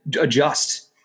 adjust